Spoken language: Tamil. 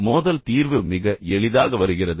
மோதல் தீர்வு மிக எளிதாக வருகிறது